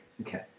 Okay